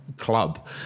club